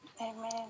Amen